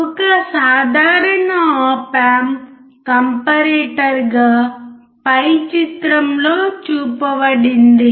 ఒక సాధారణ op amp కంపారిటర్గా పై చిత్రంలో చూపబడింది